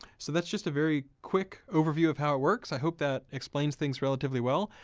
so that's just a very quick overview of how it works. i hope that explains things relatively well.